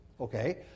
Okay